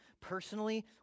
personally